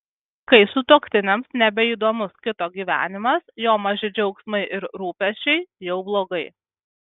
kai sutuoktiniams nebeįdomus kito gyvenimas jo maži džiaugsmai ir rūpesčiai jau blogai